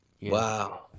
Wow